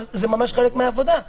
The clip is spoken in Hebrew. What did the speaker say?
זה ממש חלק מהעבודה.